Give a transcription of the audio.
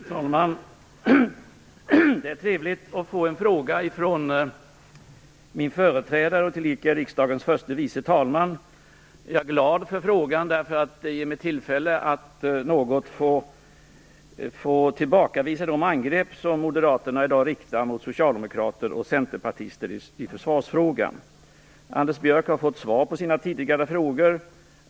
Fru talman! Det är trevligt att få en fråga från min företrädare, tillika riksdagens förste vice talman. Jag är glad för frågan, eftersom den ger mig tillfälle att något få tillbakavisa de angrepp som moderaterna i dag riktar mot socialdemokrater och centerpartister i försvarsfrågan. Anders Björck har fått svar på sina tidigare frågor.